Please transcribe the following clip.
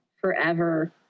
forever